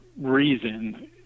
reason